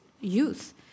youth